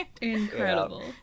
Incredible